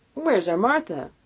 where's our martha?